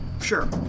Sure